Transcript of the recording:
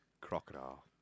crocodile